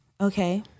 Okay